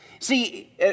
See